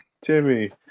Timmy